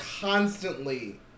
constantly